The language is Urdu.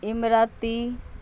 امرتی